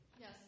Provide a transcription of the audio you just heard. Yes